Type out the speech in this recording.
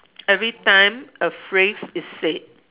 every time a phrase is said